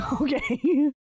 Okay